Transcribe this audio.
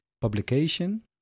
publication